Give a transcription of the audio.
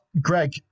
Greg